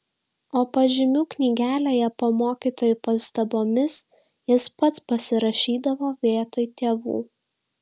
o pažymių knygelėje po mokytojų pastabomis jis pats pasirašydavo vietoj tėvų